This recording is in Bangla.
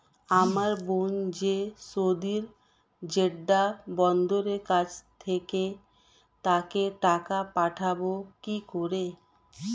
আমার বোন যে সৌদির জেড্ডা বন্দরের কাছে থাকে তাকে টাকা পাঠাবো কি করে?